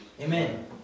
Amen